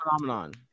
phenomenon